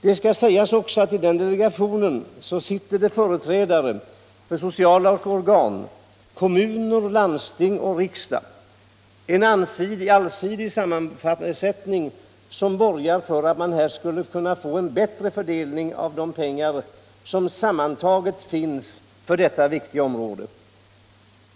Det skall också sägas att i den nämnda delegationen sitter bl.a. företrädare för sociala organ, kommuner, landsting och riksdag — en allsidig sammansättning som borgar för att man skulle få en bättre fördelning av de pengar som sammanlagt finns för detta viktiga område.